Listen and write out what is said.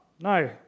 no